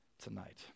tonight